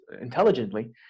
intelligently